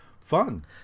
Fun